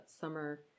summer